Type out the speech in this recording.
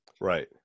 Right